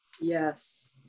yes